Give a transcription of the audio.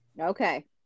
okay